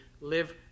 live